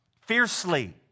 fiercely